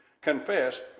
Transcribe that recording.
confess